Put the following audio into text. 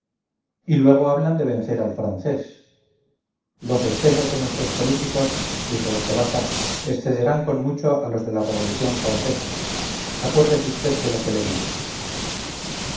y luego hablan de vencer al francés los excesos de nuestros políticos dijo ostolaza excederán con mucho a los de la revolución francesa acuérdese usted de lo que le digo